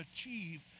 achieve